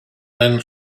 then